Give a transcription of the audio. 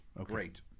Great